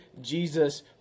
Jesus